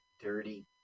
dirty